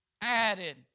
added